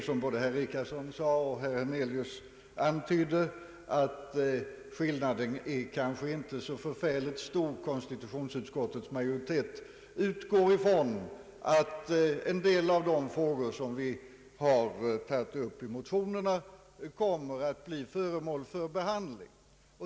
Som herr Richardson sade och herr Hernelius antydde, är skillnaden kanske inte så förfärligt stor. Konstitutionsutskottets majoritet utgår ifrån att en del av de frågor som har tagits upp i motionerna kommer att bli föremål för behandling.